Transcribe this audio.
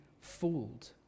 fooled